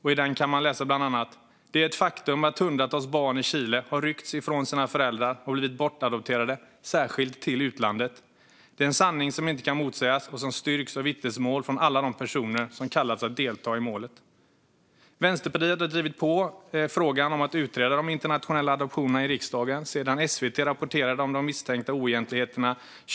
I den kan man läsa bland annat: Det är ett faktum att hundratals barn i Chile har ryckts ifrån sina föräldrar och blivit bortadopterade, särskilt till utlandet. Det är en sanning som inte kan motsägas och som styrkts av vittnesmål från alla de personer som kallats att delta i målet. Vänsterpartiet har i riksdagen drivit på frågan om att utreda de internationella adoptionerna sedan SVT år 2018 rapporterade om de misstänkta oegentligheterna.